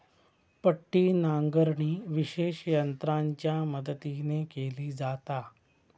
पट्टी नांगरणी विशेष यंत्रांच्या मदतीन केली जाता